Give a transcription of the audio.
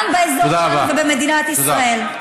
גם באזור שלנו ובמדינת ישראל.